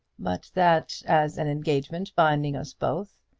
but that as an engagement binding us both,